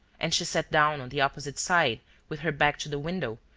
and she sat down on the opposite side with her back to the window,